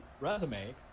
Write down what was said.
resume